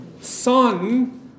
Son